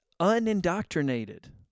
unindoctrinated